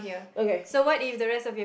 okay